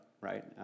right